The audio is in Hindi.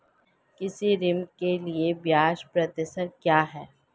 कृषि ऋण के लिए ब्याज प्रतिशत क्या है?